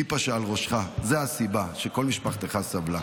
הכיפה שעל ראשך, זאת הסיבה שכל משפחתך סבלה,